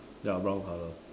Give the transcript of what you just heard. ya brown color